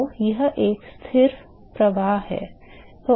तो यह एक स्थिर प्रवाह है